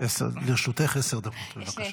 לרשותך עשר דקות, בבקשה.